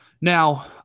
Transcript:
Now